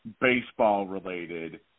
baseball-related